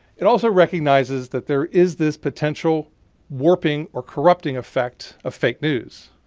it also recognizes that there is this potential warping or corrupting effect of fake news.